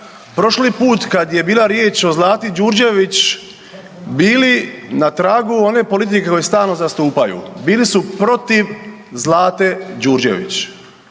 prošli put kad je bila riječ o Zlati Đurđević bili na tragu one politike koju stalno zastupaju, bili su protiv Zlate Đurđević.